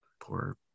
Poor